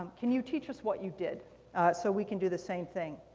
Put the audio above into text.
can you teach us what you did so we can do the same thing?